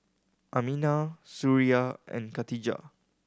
Aminah Suria and Khatijah